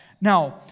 Now